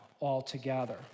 altogether